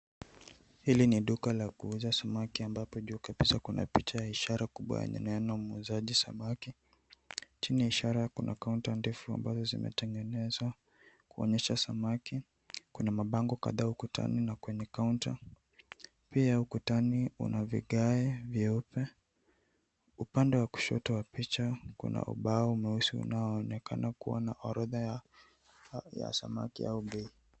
Hili ni duka la kuuza samaki ambapo juu kabisa kuna picha ya ishara kubwa yenye neno muuzaji samaki. Chini ya ishara kuna kaunta ndefu ambazo zimetengenezwa kuonyesha samaki. Kuna mabango kadhaa ukutani na kwenye kaunta. Pia ukutani una vigae vyeupe, upande wa kushoto wa picha kuna ubao mweusi unaoonekana kuwa na orodha ya samaki au bei.